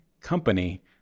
company